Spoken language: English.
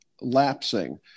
lapsing